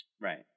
Right